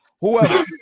whoever